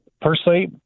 personally